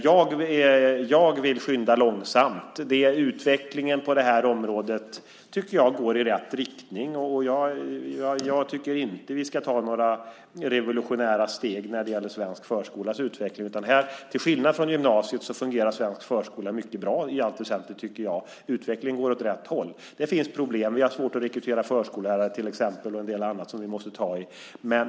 Jag vill skynda långsamt och tycker att utvecklingen på det här området går i rätt riktning. Jag tycker inte att vi ska ta några revolutionära steg när det gäller svensk förskolas utveckling. Till skillnad från gymnasiet fungerar svensk förskola mycket bra i all väsentligt. Utvecklingen går åt rätt håll. Det finns problem. Till exempel är det svårigheter att rekrytera förskollärare och en del annat som vi måste ta tag i.